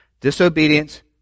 Disobedience